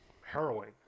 harrowing